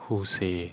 who say